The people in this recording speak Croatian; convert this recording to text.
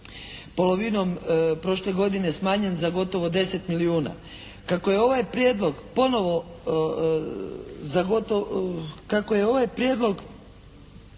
polovinom prošle godine smanjen za gotovo 10 milijuna. Kako je ovaj prijedlog približno